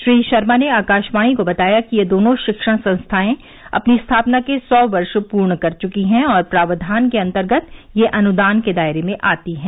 श्री शर्मा ने आकाशवाणी को बताया कि ये दोनों शिक्षण संस्थाएं अपनी स्थापना के सौ वर्ष पूर्ण कर चुकी हैं और प्रावधान के अंतर्गत ये अनुदान के दायरे में आती हैं